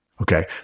okay